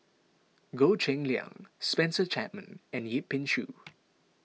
Goh Cheng Liang Spencer Chapman and Yip Pin Xiu